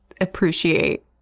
appreciate